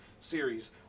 series